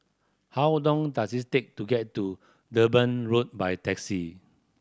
how long does it take to get to Durban Road by taxi